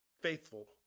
Faithful